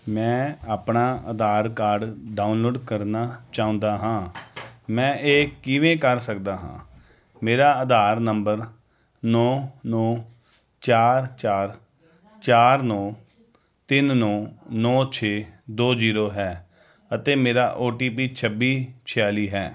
ਮੈਂ ਆਪਣਾ Aadhaar card download ਕਰਨਾ ਚਾਹੁੰਦਾ ਹਾਂ ਮੈਂ ਇਹ ਕਿਵੇਂ ਕਰ ਸਕਦਾ ਹਾਂ ਮੇਰਾ ਆਧਾਰ ਨੰਬਰ ਨੌ ਨੌ ਚਾਰ ਚਾਰ ਚਾਰ ਨੌ ਤਿੰਨ ਨੌ ਨੌ ਛੇ ਦੋ ਜੀਰੋੋ ਹੈ ਅਤੇ ਮੇਰਾ ਓ ਟੀ ਪੀ ਛੱਬੀ ਛਿਆਲੀ ਹੈ